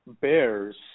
Bears